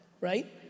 right